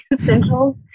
essentials